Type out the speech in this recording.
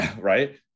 Right